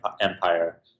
empire